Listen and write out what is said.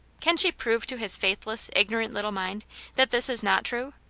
can she prove to his faithless, ignorant little mind that this is not true?